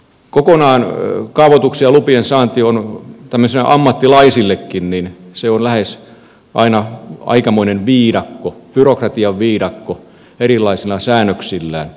kokonaan kaavoituksien ja lupien saanti on tämmöisille ammattilaisillekin lähes aina aikamoinen viidakko byrokratian viidakko erilaisilla säännöksillään